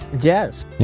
yes